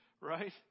right